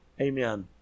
Amen